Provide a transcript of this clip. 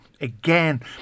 Again